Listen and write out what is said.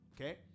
Okay